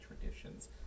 traditions